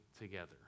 together